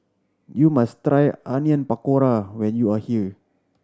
you must try Onion Pakora when you are here